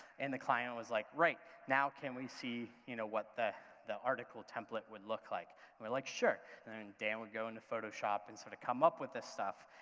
and the client was like, right, now can we see you know what the the article template would look like? and we're like sure, and then dan would go into photoshop and sort of come up with this stuff,